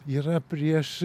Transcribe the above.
yra prieš